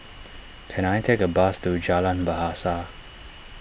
can I take a bus to Jalan Bahasa